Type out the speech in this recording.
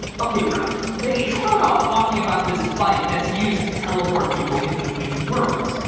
okay, ralph, they start off talking about this spike that's used to teleport people in between worlds,